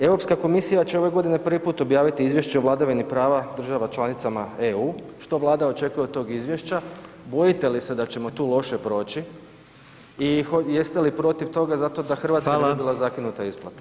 Europska komisija će ove godine prvi put objaviti izvješće o vladavini prava država članicama EU, što Vlada očekuje od tog izvješća, bojite li se da ćemo tu loše proći i jeste li protiv toga zato da Hrvatska nije bila zakinuta isplatom?